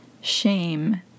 shame